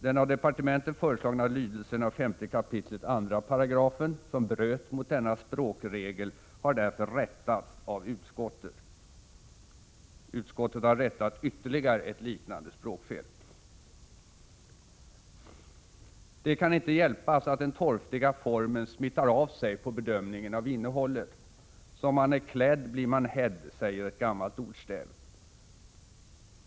Den av departementet föreslagna lydelsen av 5 kap. 2 §, som bröt mot denna språkregel, har därför rättats av utskottet. Utskottet har rättat ytterligare ett liknande språkfel. Det kan inte hjälpas att den torftiga formen smittar av sig på bedömningen av innehållet. Som man är klädd blir man hädd, säger ett gammalt ordstäv.